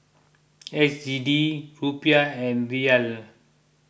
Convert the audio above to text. S G D Rupiah and Riyal